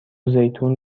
زیتون